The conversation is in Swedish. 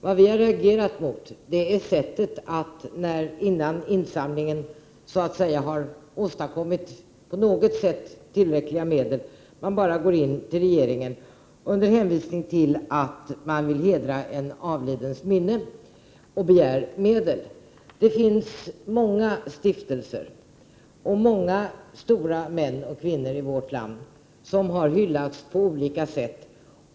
Det vi har reagerat mot är sättet, att innan insamlingen på något sätt har inbringat tillräckliga medel bara gå in till regeringen och under hänvisning till att man vill hedra en avlidens minne begära medel. Det finns många stiftelser och många stora män och kvinnor i vårt land som har hyllats på olika sätt.